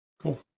cool